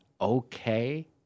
okay